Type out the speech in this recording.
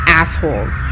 assholes